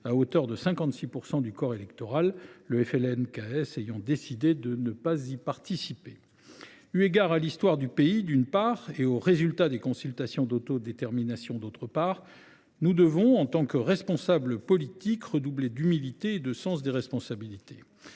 à hauteur de 56 % du corps électoral, le FLNKS ayant décidé de ne pas y participer. Eu égard à l’histoire du pays, d’une part, et aux résultats des consultations d’autodétermination, d’autre part, nous devons, en tant que responsables politiques, redoubler d’humilité et de sens des responsabilités.